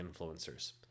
influencers